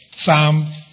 Psalm